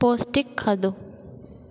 पौष्टिक खाधो